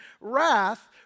wrath